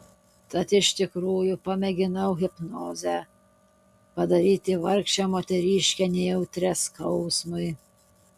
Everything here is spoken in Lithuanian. tad iš tikrųjų pamėginau hipnoze padaryti vargšę moteriškę nejautrią skausmui